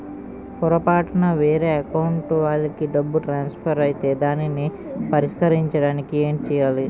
పొరపాటున వేరే అకౌంట్ వాలికి డబ్బు ట్రాన్సఫర్ ఐతే దానిని పరిష్కరించడానికి ఏంటి చేయాలి?